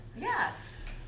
Yes